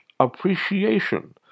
appreciation